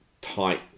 tight